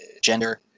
gender